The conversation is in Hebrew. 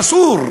אסור,